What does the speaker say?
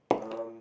um